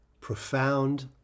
Profound